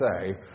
say